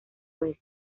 oeste